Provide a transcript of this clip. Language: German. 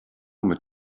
mit